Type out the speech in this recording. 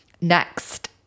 next